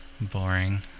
boring